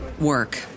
work